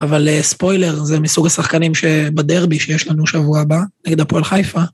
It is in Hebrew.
אבל ספוילר, זה מסוג השחקנים שבדרבי שיש לנו שבוע הבא, נגד הפועל חיפה.